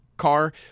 car